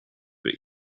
but